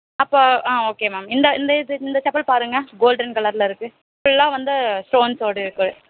அப்போ ஆ okay ma'am இந்த இந்த இது இந்த செப்பல் பாருங்கள் கோல்டன் கலரில் இருக்குது ஃபுல்லாக வந்து ஸ்டோன்ஸ் ஒட்டியிருக்கு